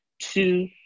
Two